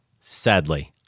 sadly